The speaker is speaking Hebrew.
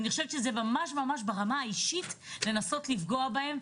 אני חושבת שזה ממש ברמה האישית לנסות לפגוע בהם,